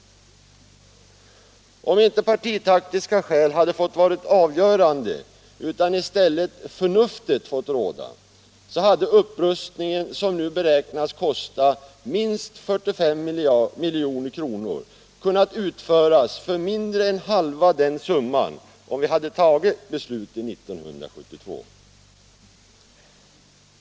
Om inte partitaktiska skäl hade fått vara avgörande utan i stället förnuftet fått råda och vi tagit beslutet 1972, hade upprustningen, som nu beräknas kosta minst 45 milj.kr., kunnat utföras för mindre än halva den summan.